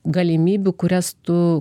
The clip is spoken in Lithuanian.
galimybių kurias tu